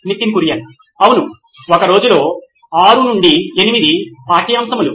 Nitin Kurian COO నోయిన్ electronics అవును ఒక రోజులో 6 నుండి 8 పాఠ్యాంశములు